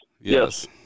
yes